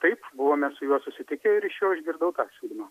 taip buvome su juo susitikę ir iš jo išgirdau tą siūlymą